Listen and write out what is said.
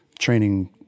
training